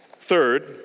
Third